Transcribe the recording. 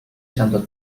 santo